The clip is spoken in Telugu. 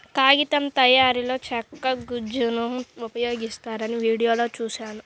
కాగితం తయారీలో చెక్క గుజ్జును ఉపయోగిస్తారని వీడియోలో చూశాను